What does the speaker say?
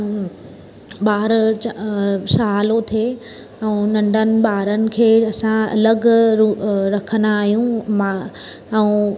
हूं ॿार यो चा छालो थे ऐं नंढनि ॿारनि खे असां अलॻि रु रखंदा आहियूं मां ऐं